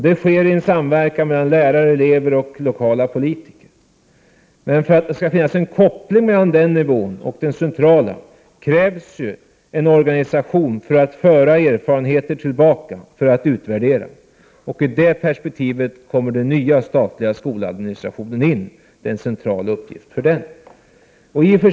Det sker i en samverkan mellan lärare, elever och lokala politiker. För att det skall finnas en koppling mellan den nivån och den centrala krävs det en organisation för att föra erfarenheter tillbaka för utvärdering. Och i det perspektivet kommer den nya statliga skoladministrationen in, det är en central uppgift för den.